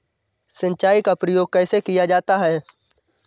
सिंचाई का प्रयोग कैसे किया जाता है?